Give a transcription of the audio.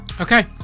okay